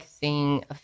seeing